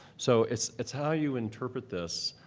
so it's it's how you interpret this,